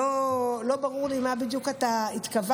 לא ברור לי מה בדיוק התכוונת,